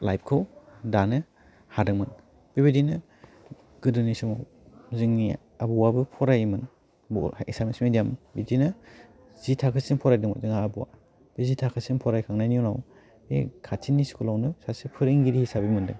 लाइभखौ दानो हादोंमोन बेबायदिनो गोदोनि समाव जोंनि आबौआबो फरायोमोन बहाय एसामिस मेडियाम बिदिनो जि थाखोसिम फरायदोंमोन जोंहा आबौआ बे जि थाखोसिम फरायखांनायनि उनाव बे खाथिनि स्कुलावनो सासे फोरोंगिरि हिसाबै मोनदों